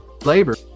labor